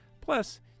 Plus